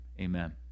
amen